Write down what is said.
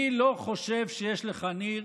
אני לא חושב שיש לך, ניר,